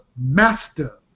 master